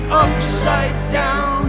upside-down